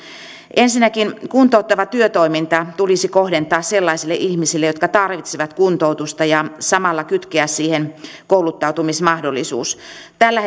ensinnäkin kuntouttava työtoiminta tulisi kohdentaa sellaisille ihmisille jotka tarvitsevat kuntoutusta ja samalla kytkeä siihen kouluttautumismahdollisuus tällä